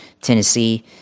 Tennessee